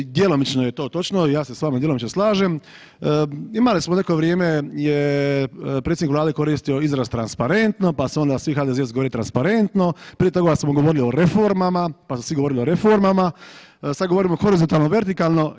Djelomično je to točno, ja se s vama djelomično slažem, imali smo neko vrijeme je predsjednik Vlade koristio izraz transparentno, pa su onda svi HDZ-ovci govorili transparentno, prije toga su govorili o reformama, pa su svi govorili o reformama, sad govorimo horizontalno, vertikalno.